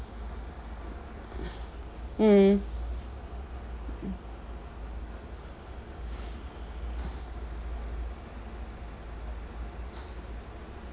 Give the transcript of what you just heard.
mm